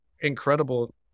Incredible